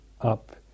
up